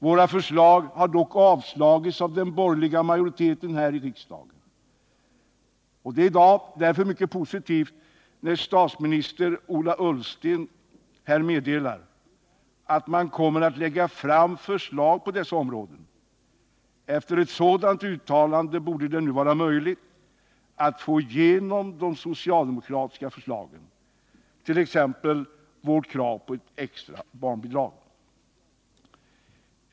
Våra förslag har dock avslagits av den borgerliga majoriteten här i riksdagen. Det är därför mycket positivt när statsminister Ola Ullsten här i dag meddelar att man kommer att lägga fram förslag på dessa områden. Efter ett sådant uttalande borde det nu vara möjligt att få igenom de socialdemokratiska förslagen, t.ex. vårt krav på ett extra barnbidrag.